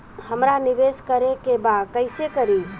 हमरा निवेश करे के बा कईसे करी?